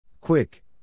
Quick